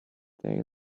day